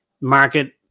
market